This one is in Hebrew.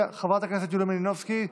חברת הכנסת יוליה מלינובסקי,